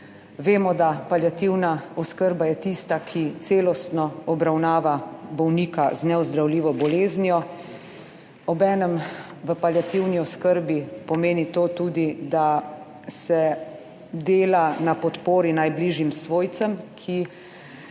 Vemo, da paliativna oskrba je tista, ki celostno obravnava bolnika z neozdravljivo boleznijo. Obenem v paliativni oskrbi pomeni to tudi, da se dela na podpori najbližjim svojcem, ki